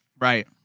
Right